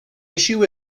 issue